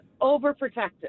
overprotective